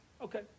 Okay